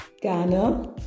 Ghana